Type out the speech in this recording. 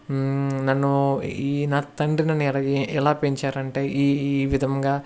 నన్ను ఈ నా తండ్రి నన్ను ఇ ఇ ఎలా పెంచారు అంటే ఈ విధముగా